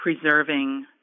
preserving